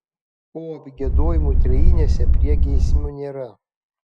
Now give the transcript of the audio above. o apgiedojimų trejinėse priegiesmio nėra